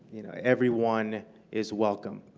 everyone is welcome.